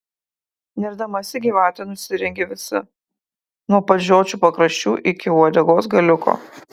nerdamasi gyvatė nusirengia visa nuo pat žiočių pakraščių iki uodegos galiuko